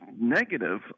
negative